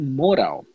moral